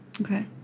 Okay